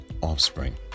offspring